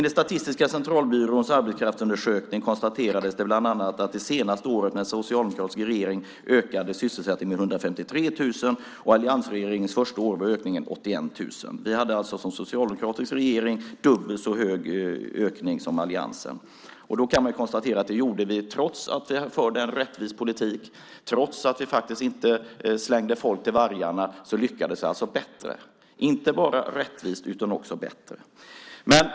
I Statistiska centralbyråns arbetskraftsundersökning konstaterades det bland annat att det senaste året med en socialdemokratisk regering ökade sysselsättningen med 153 000 och under alliansregeringens första år var ökningen 81 000. Den socialdemokratiska regeringen hade alltså dubbelt så hög ökning som alliansen. Det hade vi trots att vi förde en rättvis politik. Trots att vi inte slängde folk till vargarna lyckades vi alltså bättre. Det var inte bara rättvist utan också bättre.